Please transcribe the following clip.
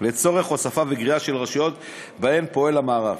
לצורך הוספה וגריעה של רשויות שבהן פועל המערך,